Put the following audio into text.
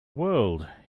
world